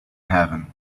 heaven